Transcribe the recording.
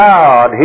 God